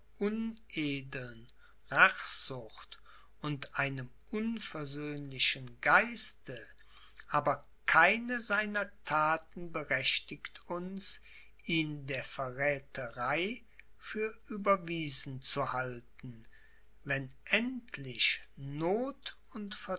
unedeln rachsucht und einem unversöhnlichen geiste aber keine seiner thaten berechtigt uns ihn der verrätherei für überwiesen zu halten wenn endlich noth und